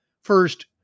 First